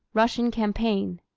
russian campaign.